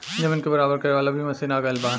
जमीन के बराबर करे वाला भी मशीन आ गएल बा